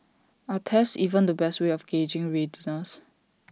are tests even the best way of gauging readiness